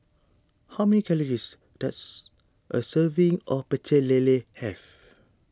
how many calories does a serving of Pecel Lele have